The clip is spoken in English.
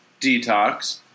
Detox